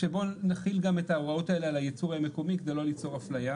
להחיל את ההוראות האלה גם על הייצור המקומי כדי לא ליצור אפליה,